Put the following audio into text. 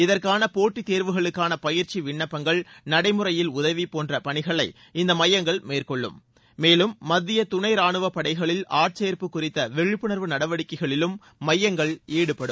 இதற்கான போட்டித் தேர்வுகளுக்கான பயிற்சி விண்ணப்பங்கள் நடைமுறையில் உதவி போன்ற பணிகளை இந்த மையங்கள் மேற்கொள்ளும் மேலும் மத்திய துணை ரானுவப்படைகளில் ஆள்சேர்ப்பு குறித்த விழிப்புணர்வு நடவடிக்கைகளிலும் மையங்கள் ஈடுபடும்